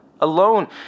Alone